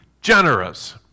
generous